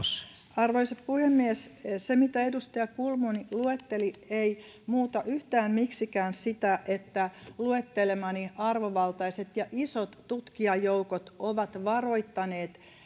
arvoisa puhemies se mitä edustaja kulmuni luetteli ei muuta yhtään miksikään sitä että luettelemani arvovaltaiset ja isot tutkijajoukot ovat varoittaneet